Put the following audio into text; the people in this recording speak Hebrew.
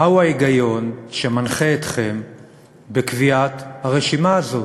מהו ההיגיון שמנחה אתכם בקביעת הרשימה הזאת?